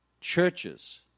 churches